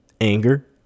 anger